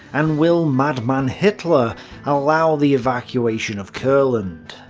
and will madman hitler allow the evacuation of courland?